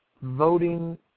voting